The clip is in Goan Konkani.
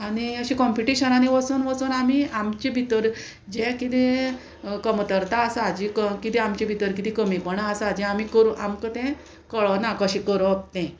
आनी अशें कॉम्पिटिशनांनी वचून वचून आमी आमचे भितर जें किदें कमतरता आसा जी किदें आमचें भितर कितें कमीपणां आसा जें आमी करूं आमकां तें कळना कशें करप तें